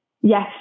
yes